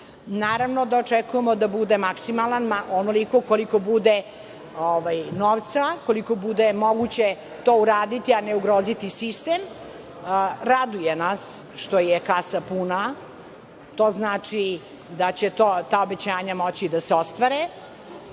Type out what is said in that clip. naravno da očekujemo da bude maksimalan, onoliko koliko bude novca, koliko bude moguće to uraditi, a ne ugroziti sistem. Raduje nas što je kasa puna. To znači da će ta obećanja moći da se ostvare. Volela